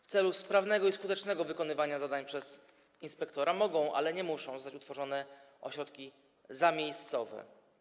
W celu sprawnego i skutecznego wykonywania zadań przez inspektora mogą, ale nie muszą zostać utworzone ośrodki zamiejscowe.